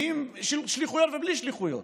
עם שליחויות ובלי שליחויות,